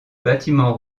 bâtiment